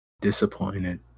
disappointed